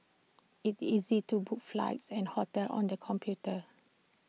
IT is easy to book flights and hotels on the computer